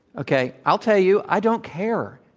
okay? i'll tell you, i don't care.